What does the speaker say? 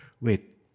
Wait